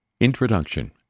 Introduction